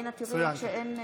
אינו נוכח איציק שמולי,